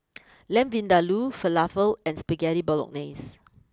Lamb Vindaloo Falafel and Spaghetti Bolognese